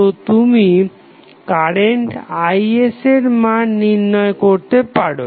তো তুমি current Is এর মান নির্ণয় করতে পারো